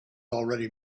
already